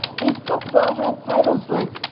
these books all had titles like,